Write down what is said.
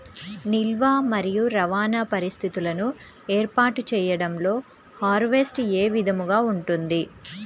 నిల్వ మరియు రవాణా పరిస్థితులను ఏర్పాటు చేయడంలో హార్వెస్ట్ ఏ విధముగా ఉంటుంది?